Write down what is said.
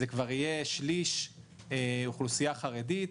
זה כבר יהיה שליש אוכלוסייה חרדית,